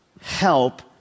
help